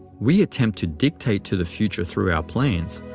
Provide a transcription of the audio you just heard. we attempt to dictate to the future through our plans,